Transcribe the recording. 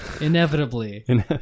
Inevitably